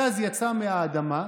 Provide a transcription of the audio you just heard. הגז יצא מהאדמה,